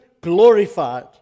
glorified